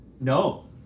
no